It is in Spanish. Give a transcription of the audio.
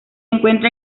encuentra